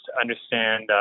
understand